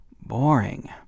boring